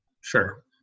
Sure